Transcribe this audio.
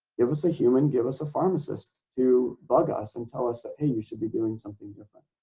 give us a human give us a pharmacist to bug us and tell us that hey you should be doing something different.